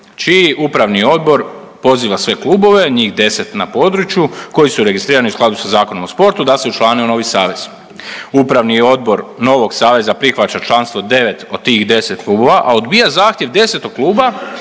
čiji upravni odbor poziva sve klubove, njih 10 na području koji su registrirani u skladu sa Zakonom o sportu da se učlane u novi savez. Upravni odbor novog saveza prihvaća članstvo 9 od tih 10 klubova, a odbija zahtjev 10 kluba